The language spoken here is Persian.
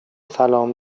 سلام